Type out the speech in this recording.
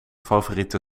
favoriete